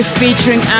featuring